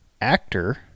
actor